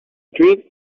drink